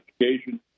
education